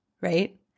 right